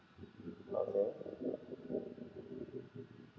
okay